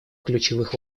ключевых